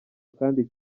kandi